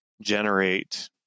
generate